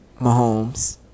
Mahomes